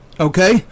Okay